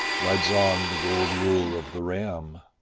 rides on the gold wool of the ram.